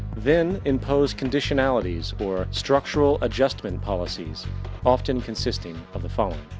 then impose conditionalities or structual adjustment policies often consisting of the following.